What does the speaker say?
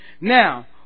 Now